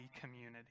community